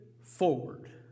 forward